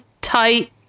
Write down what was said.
tight